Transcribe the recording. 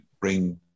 bring